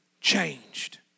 changed